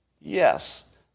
Yes